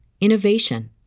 innovation